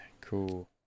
cool